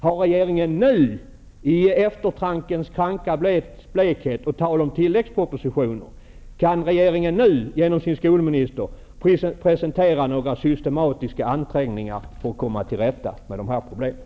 Kan regeringen nu, med eftertankens kranka blekhet, på tal om tilläggspropositioner, genom sin skolminister presentera systematiska ansträngningar för att komma till rätta med de här problemen?